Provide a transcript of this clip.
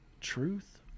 Truth